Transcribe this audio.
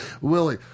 Willie